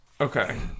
Okay